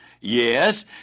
Yes